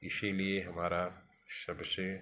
इसीलिए हमारा सबसे